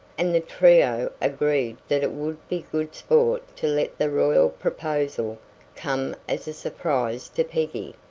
and the trio agreed that it would be good sport to let the royal proposal come as a surprise to peggy.